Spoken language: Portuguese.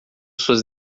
suas